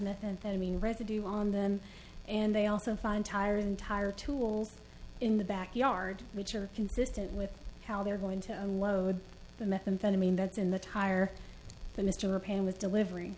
methamphetamine residue on them and they also found tires entire tools in the backyard which are consistent with how they're going to unload the methamphetamine that's in the tire the mr payne with delivery